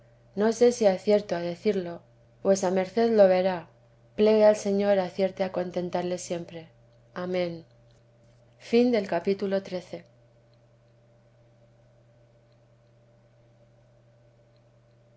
no sé si acierto a decirlo vuesa merced lo verá plegué al señor acierte a contentarle siempre amén